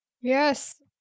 Yes